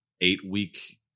eight-week